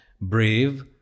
brave